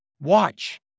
Watch